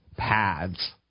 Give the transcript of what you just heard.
Pads